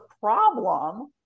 problem